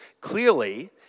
clearly